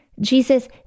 Jesus